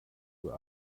uhr